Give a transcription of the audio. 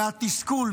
מהתסכול,